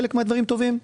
חלק מהדברים טובים.